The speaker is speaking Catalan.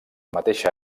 mateixa